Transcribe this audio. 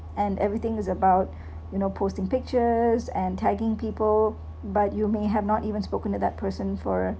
and everything is about you know posting pictures and tagging people but you may have not even spoken to that person for